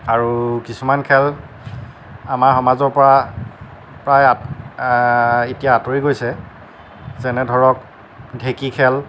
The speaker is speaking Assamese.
আৰু কিছুমান খেল আমাৰ সমাজৰ পৰা প্ৰায় এতিয়া আঁতৰি গৈছে যেনে ধৰক ঢেঁকী খেল